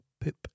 poop